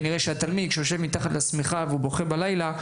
כנראה שהתלמיד שיושב מתחת לשמיכה והוא בוכה בלילה,